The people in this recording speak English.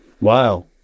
wow